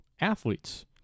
athletes